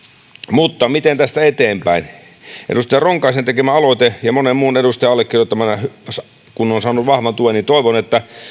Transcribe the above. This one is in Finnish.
mutta miten tästä eteenpäin kun edustaja ronkaisen tekemä aloite monen muun edustajan allekirjoittamana on saanut vahvan tuen niin toivon että